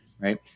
right